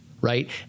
right